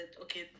okay